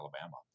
alabama